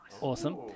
awesome